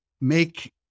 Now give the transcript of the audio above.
make